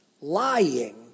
Lying